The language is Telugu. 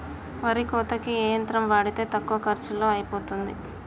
వరి కోతకి ఏ యంత్రం వాడితే తక్కువ ఖర్చులో అయిపోతుంది?